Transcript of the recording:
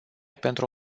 pentru